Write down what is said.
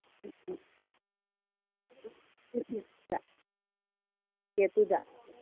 ꯁꯦꯠꯇꯨꯗ